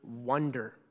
wonder